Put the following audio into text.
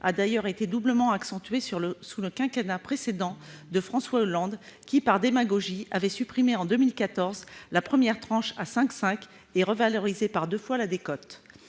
a d'ailleurs été doublement accentuée sous le quinquennat précédent, en 2014, quand François Hollande avait, par démagogie, supprimé la première tranche à 5,5 % et revalorisé par deux fois la décote.